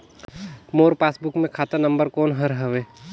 मोर passbook मे खाता number कोन हर हवे?